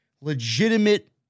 legitimate